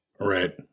right